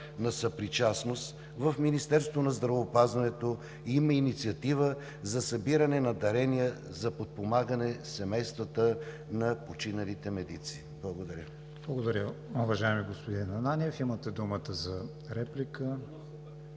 на съпричастност в Министерството на здравеопазването има инициатива за събиране на дарения за подпомагане семействата на починалите медици. Благодаря. ПРЕДСЕДАТЕЛ КРИСТИАН ВИГЕНИН: Благодаря, уважаеми господин Ананиев. Имате думата за реплика,